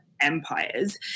empires